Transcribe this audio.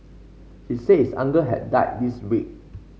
he said his uncle had died this week